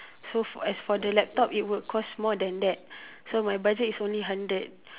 so for as for the laptop it would cost more than that so my budget is only hundred